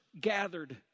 gathered